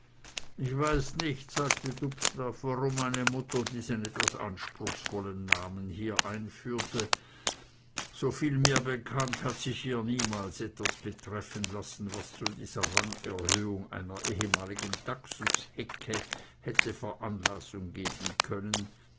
ich weiß nicht sagte dubslav warum meine mutter diesen etwas anspruchsvollen namen hier einführte soviel mir bekannt hat sich hier niemals etwas betreffen lassen was zu dieser rangerhöhung einer ehemaligen taxushecke hätte veranlassung geben können